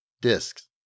Discs